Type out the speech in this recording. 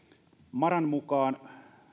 maran mukaan